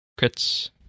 crits